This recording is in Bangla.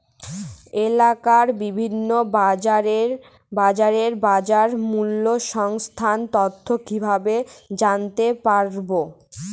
এলাকার বিভিন্ন বাজারের বাজারমূল্য সংক্রান্ত তথ্য কিভাবে জানতে পারব?